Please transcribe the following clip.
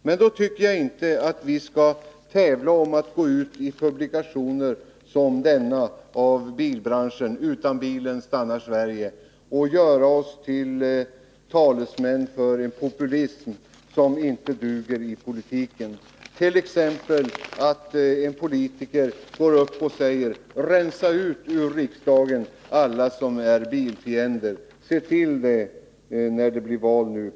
Men då tycker jag inte att vi skall tävla genom att gå ut i publikationer sådana som bilbranschens ”Utan bilen stannar Sverige” och göra oss till talesmän för en populism som inte duger i politiken, t.ex. att en politiker säger: Rensa ut ur riksdagen alla som är bilfiender! Se till det, när det blir val!